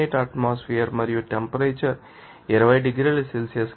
98 atmosphere ం మరియు temperature 20 డిగ్రీల సెల్సియస్